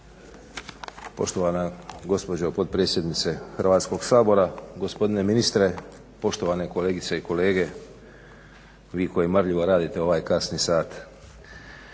Poštovana gospođo potpredsjednice Hrvatskog sabora, gospodine ministre, poštovane kolegice i kolege vi koji marljivo radite u ovaj kasni sat.